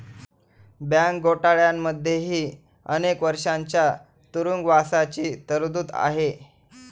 bank घोटाळ्यांमध्येही अनेक वर्षांच्या तुरुंगवासाची तरतूद आहे